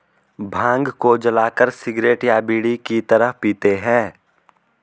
भांग को जलाकर सिगरेट या बीड़ी की तरह पीते हैं